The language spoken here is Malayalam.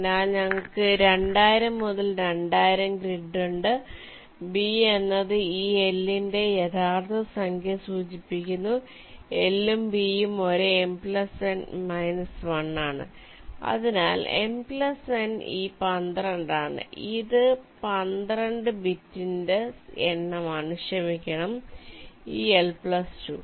അതിനാൽ ഞങ്ങൾക്ക് 2000 മുതൽ 2000 ഗ്രിഡ് ഉണ്ട് B എന്നത് ഈ L ന്റെ യഥാർത്ഥ സംഖ്യ സൂചിപ്പിക്കുന്നു L ഉം B ഉം ഒരേ M N − 1 ആണ് അതിനാൽ M N ഈ 12 ആണ് ഇത് 12 ബിറ്റിന്റെ എണ്ണമാണ് ക്ഷമിക്കണം ഈ L 2